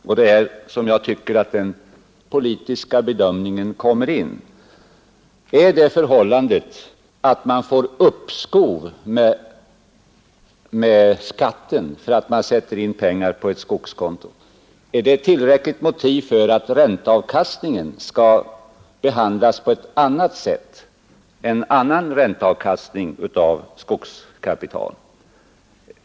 Det är här som jag tycker att den politiska bedömningen kommer in, Är det förhållandet att man får uppskov med skatten därför att man sätter in pengarna på skogskonto ett tillräckligt motiv för att ränteavkastningen skall behandlas annorlunda än annan ränteavkastning av skogskapitalet?